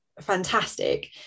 fantastic